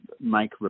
make